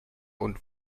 und